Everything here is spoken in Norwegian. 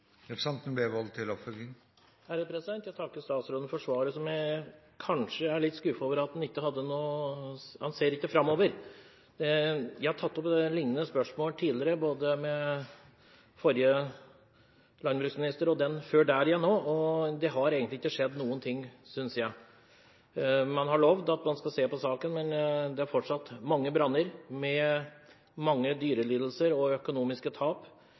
Jeg takker statsråden for svaret. Jeg er kanskje litt skuffet over at han ikke ser framover. Jeg har tatt opp lignende spørsmål tidligere, både med den forrige landbruksministeren og den før det også. Det har egentlig ikke skjedd noen ting, synes jeg. Man har lovet at man skal se på saken, men det er fortsatt mange branner med mange dyrelidelser og økonomiske tap.